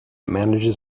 manages